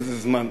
וזה זמן.